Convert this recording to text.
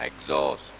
exhaust